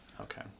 Okay